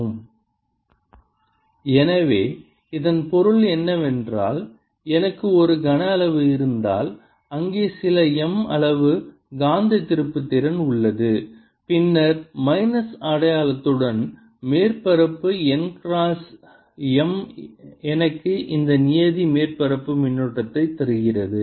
Mr×1r rdV Mrr rdVMrr rdV எனவே இதன் பொருள் என்னவென்றால் எனக்கு ஒரு கனஅளவு இருந்தால் அங்கே சில M அளவு காந்த திருப்புத்திறன் உள்ளது பின்னர் மைனஸ் அடையாளத்துடன் மேற்பரப்பு n கிராஸ் M எனக்கு இந்த நியதி மேற்பரப்பு மின்னோட்டத்தை தருகிறது